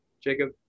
Jacob